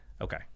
Okay